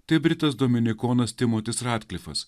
tai britas dominikonas timotis radklifas